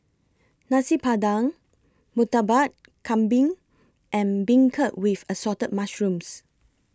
Nasi Padang Murtabak Kambing and Beancurd with Assorted Mushrooms